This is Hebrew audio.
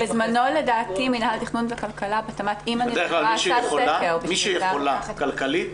מי שיכולה כלכלית,